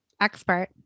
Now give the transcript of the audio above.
expert